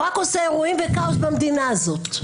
הוא רק עושה אירועים וכאוס במדינה הזאת.